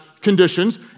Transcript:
conditions